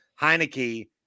Heineke